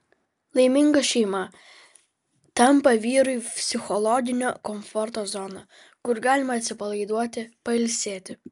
laiminga šeima tampa vyrui psichologinio komforto zona kur galima atsipalaiduoti pailsėti